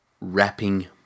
wrapping